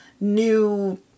new